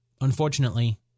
Unfortunately